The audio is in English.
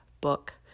book